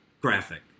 graphic